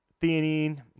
theanine